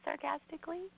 sarcastically